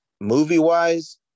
Movie-wise